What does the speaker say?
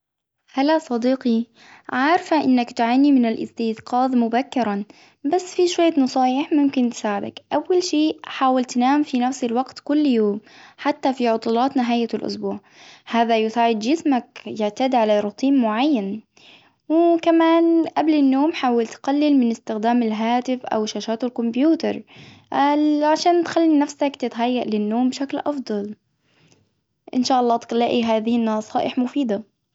هلا صديقي عارفة أنك تعاني من الإستيقاظ مبكرا، بس في شوية نصايح ممكن تساعدك، أول شيء حاول تنام في نفس الوقت كل يوم، حتى في عطلات نهاية الإسبوع، هذا يساعد جسمك يعتدي على روتين معين، كمان قبل النوم حاول تقلل من إستخدام الهاتف أو شاشات الكمبيوتر، عشان تخلي نفسك تتهيأ للنوم بشكل أفضل إن شاء الله بتلاقي هذه النصائح مفيدة.